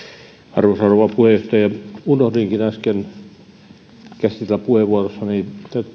arvoisa rouva puheenjohtaja unohdinkin äsken käsitellä puheenvuorossani